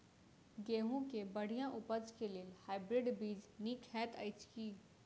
गेंहूँ केँ बढ़िया उपज केँ लेल हाइब्रिड बीज नीक हएत अछि की?